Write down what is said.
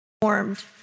formed